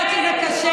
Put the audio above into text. זה כואב, זה כואב.